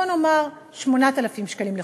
בוא נאמר 8,000 שקלים לחודש,